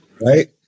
Right